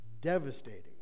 devastating